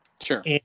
Sure